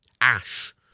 ash